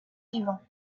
vivant